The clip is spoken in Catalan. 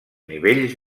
nivells